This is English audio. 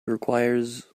requires